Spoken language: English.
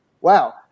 wow